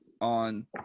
on